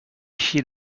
she